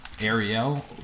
Ariel